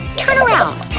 turn around.